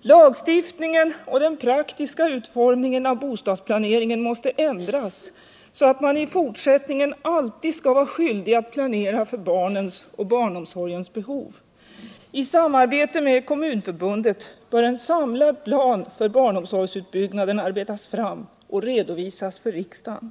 Lagstiftningen och den praktiska utformningen av bostadsplaneringen måste ändras så att man i fortsättningen alltid skall vara skyldig att planera för barnens och barnomsorgens behov. I samarbete med Kommunförbundet bör en samlad plan för barnomsorgsutbyggnaden arbetas fram och redovisas för riksdagen.